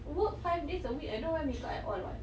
work five days a week I don't wear makeup at all [what]